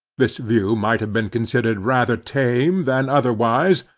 this view might have been considered rather tame than otherwise,